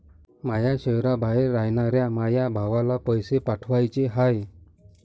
माया शैहराबाहेर रायनाऱ्या माया भावाला पैसे पाठवाचे हाय